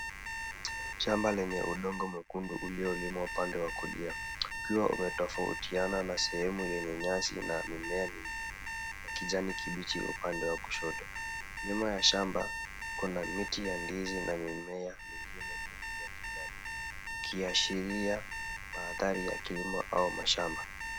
Shamba lenye udongo mwekundu uliolimwa upande wa kulia ukiwa umetofautiana na sehemu yenye nyasi na mimea mingine ya kijani kibichi upande wa kushoto. Nyuma ya shamba kuna miti ya ndizi na mimea mingine mingi ya kijani. Ikiashiria mandhari ya kilimo au mashamba.